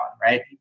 right